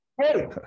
Hey